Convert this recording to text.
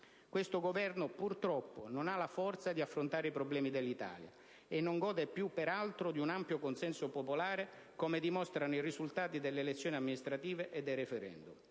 Questo Governo, purtroppo, non ha la forza di affrontare i problemi dell'Italia e non gode più, peraltro, di un ampio consenso popolare, come dimostrano i risultati delle elezioni amministrative e dei *referendum*.